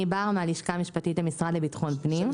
אני מהלשכה המשפטית במשרד לביטחון פנים.